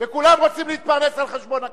וכולם רוצים להתפרנס על חשבון הכנסת.